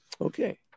Okay